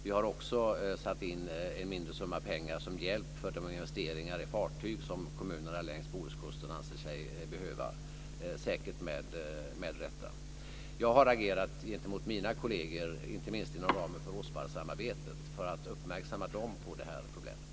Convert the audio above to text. Vi har också satt in en mindre summa pengar som hjälp för de investeringar i fartyg som kommunerna längs Bohuskusten anser sig behöva, säkert med rätta. Jag har agerat gentemot mina kolleger, inte minst inom ramen för OSPAR-samarbetet för att uppmärksamma dem på det här problemet.